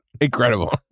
Incredible